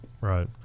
Right